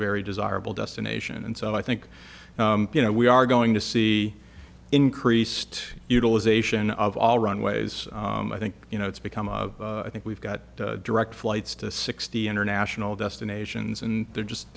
very desirable destination and so i think you know we are going to see increased utilization of all runways i think you know it's become a i think we've got direct flights to sixty international destinations and they're just